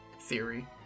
theory